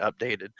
updated